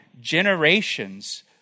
generations